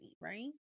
right